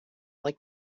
like